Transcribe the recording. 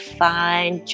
find